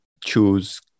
choose